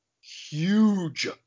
huge